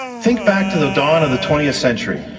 think back to the dawn of the twentieth century,